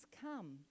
come